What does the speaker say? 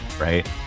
Right